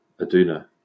Aduna